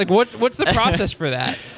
like what's what's the process for that?